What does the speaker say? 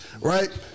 Right